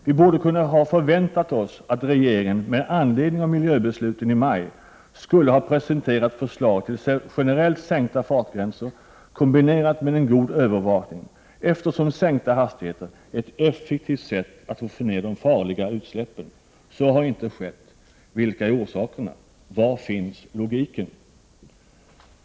Vi borde ha kunnat förvänta oss att regeringen med anledning av miljöbesluten i maj skulle ha presenterat förslag till generellt sänkta fartgränser kombinerade med en god övervakning, eftersom sänkta hastigheter är ett effektivt sätt att minska de farliga utsläppen. Så har icke skett. Vilka är orsakerna? Var finns logiken?